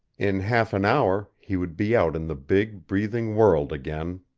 in half an hour he would be out in the big, breathing world again.